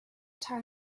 time